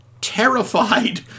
terrified